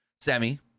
Sammy